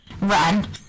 Run